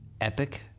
epic